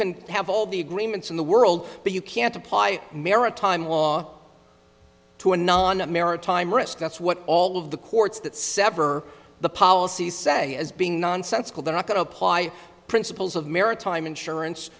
can have all the agreements in the world but you can't apply maritime law to a non a maritime risk that's what all of the courts that sever the policy say as being nonsensical they're not going to apply principles of maritime insurance